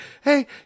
hey